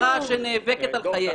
זאת חברה שנאבקת על חייה.